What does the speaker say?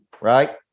right